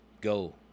go